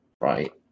right